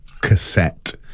cassette